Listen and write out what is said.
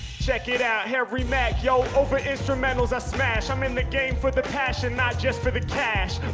check it out, harry mack. yo, over instrumentals i smash. i'm in the game for the passion, not just for the cash.